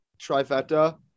trifecta